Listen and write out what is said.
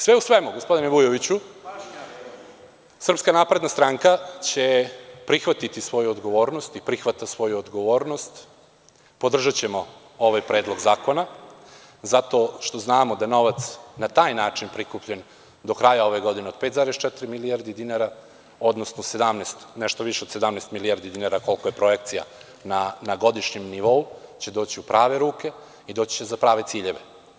Sve u svemu, gospodine Vujoviću, SNS će prihvatiti svoju odgovornost i prihvata svoju odgovornost, podržaćemo ovaj predlog zakona zato što znamo da novac na taj način prikupljen do kraja ove godine od 5,4 milijardi dinara, odnosno nešto više od 17 milijardi dinara koliko je projekcija na godišnjem nivou će doći u prave ruke i doći će za prave ciljeve.